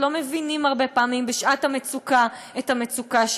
לא מבינים הרבה פעמים בשעת המצוקה את המצוקה שלהם.